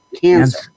Cancer